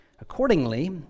Accordingly